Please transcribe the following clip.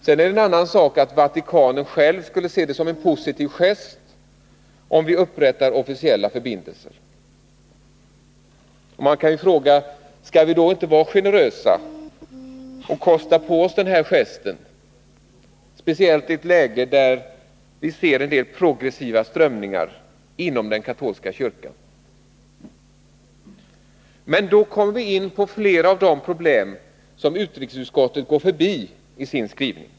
Sedan är det en annan sak att Vatikanen själv skulle se det som en positiv gest om vi upprättade officiella förbindelser. Man kan fråga sig: Skall vi då inte vara generösa och kosta på oss den här gesten, speciellt i ett läge där vi ser en del progressiva strömningar inom den katolska kyrkan? Men då kommer vi in på flera av de problem som utrikesutskottet går förbi i sin skrivning.